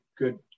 good